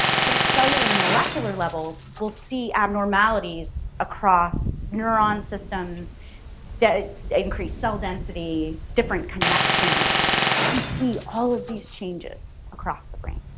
so cellular and molecular levels will see abnormalities across neuron systems that increase cell density different connections so we see all of these changes across the brain.